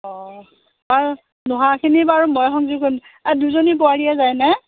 অঁ বাৰু নোহোৱাখিনি বাৰু মই সংযোগ কৰিম দুজনী বোৱাৰীয়েই যায়নে